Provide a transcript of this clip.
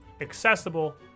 accessible